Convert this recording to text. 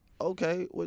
Okay